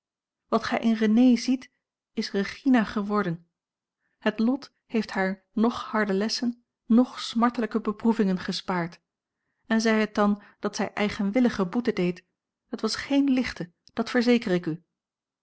wat gij in renée ziet is regina geworden het lot heeft haar noch harde lessen noch smartelijke beproevingen gespaard en zij het dan dat zij eigenwillige boete deed het was geene lichte dat verzeker ik u